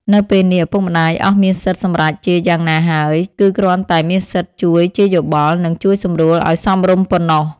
នៅពេលនេះ ឪពុកម្ដាយអស់មានសិទ្ធិសម្រេចជាយ៉ាងណាហើយ គឺគ្រាន់តែមានសិទ្ធិជួយជាយោបល់ និងជួយសម្រួលឲ្យសមរម្យប៉ុណ្ណោះ ។